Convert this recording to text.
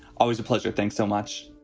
always a pleasure. thanks so much.